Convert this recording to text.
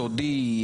סודי,